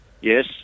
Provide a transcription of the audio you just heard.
Yes